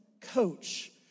coach